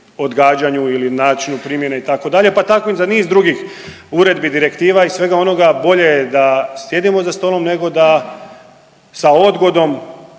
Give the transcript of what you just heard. odgađanju ili načinu primjene itd., pa tako i za niz drugih uredbi, direktiva i svega onoga bolje je da sjedimo za stolom nego da sa odgodom